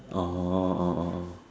oh oh oh oh oh oh